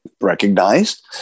recognized